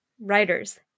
writers